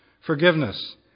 forgiveness